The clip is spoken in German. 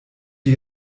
dir